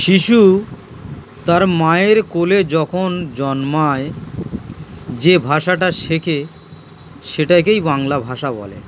শিশু তার মায়ের কোলে যখন জন্মায় যে ভাষাটা শেখে সেটাকেই বাংলা ভাষা বলে